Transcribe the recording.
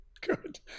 Good